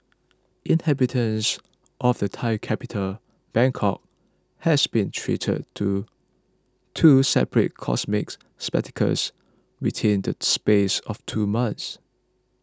inhabitants of the Thai capital Bangkok has been treated to two separate cosmic spectacles within the space of two months